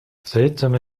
seltsame